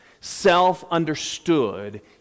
self-understood